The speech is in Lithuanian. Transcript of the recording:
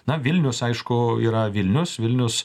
na vilnius aišku yra vilnius vilnius